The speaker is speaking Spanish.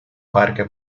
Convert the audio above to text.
parque